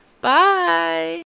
Bye